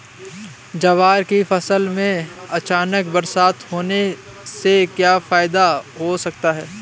ज्वार की फसल में अचानक बरसात होने से क्या फायदा हो सकता है?